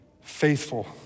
faithful